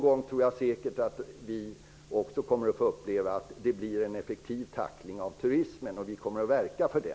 Jag tror ändå att vi någon gång får uppleva en effektiv tackling av turismen. Vi kommer att verka för det.